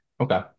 Okay